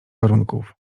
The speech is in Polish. warunków